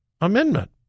Amendment